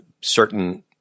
certain